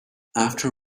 after